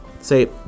say